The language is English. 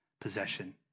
possession